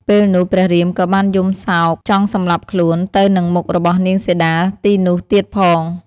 ពេលនោះ ព្រះរាមក៏បានយំសោកចង់សម្លាប់ខ្លួននៅនឹងមុខរបស់នាងសីតាទីនោះទៀតផង។